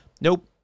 Nope